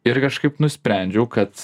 ir kažkaip nusprendžiau kad